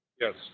Yes